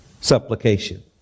supplication